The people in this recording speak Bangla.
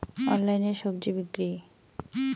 অনলাইনে স্বজি বিক্রি?